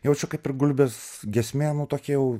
jaučiu kaip ir gulbės giesmė nu tokia jau